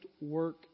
work